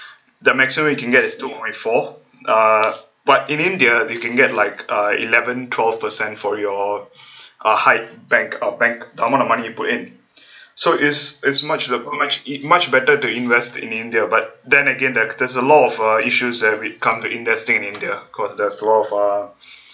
the maximum you can get is two point four uh but in india you can get like uh eleven twelve percent for your uh high bank or bank the amount of money you put in so is is much the it's much better to invest in india but then again that there's a lot of uh issues that come with investing in india cause there's a lot of uh